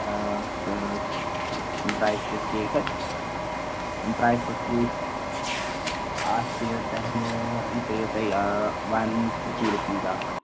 آ سا dry fruit cake حظ ڈرٛے فرٛوٗٹ کیک اَتھ پیٚیو تۄہہِ یہِ پٮ۪ووٕ تۄہہِ وَن فوٹی رُپیٖز اَکھ